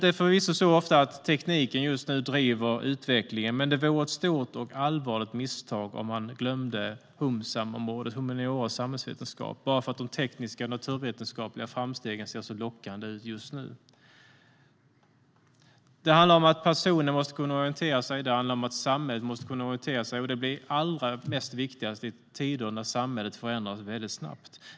Det är förvisso så att tekniken just nu driver utvecklingen, men det vore ett stort och allvarligt misstag om man glömde området humaniora och samhällsvetenskap bara för att de tekniska och naturvetenskapliga framstegen ser så lockande ut just nu. Det handlar om att personer måste kunna orientera sig. Det handlar om att samhället måste kunna orientera sig, och det blir allra viktigast i tider när samhället förändras väldigt snabbt.